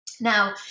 Now